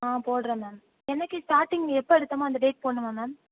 ஆ போடுறேன் மேம் என்றைக்கி ஸ்டார்ட்டிங் எப்போ எடுத்தமோ அந்த டேட் போடணுமா மேம்